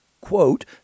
quote